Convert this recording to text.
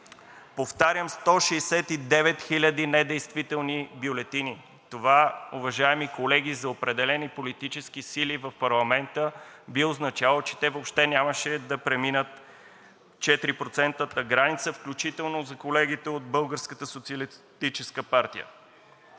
Повтарям – 169 000 недействителни бюлетини. Това, уважаеми колеги, за определени политически сили в парламента би означавало, че те въобще нямаше да преминат 4-процентната граница, включително за колегите от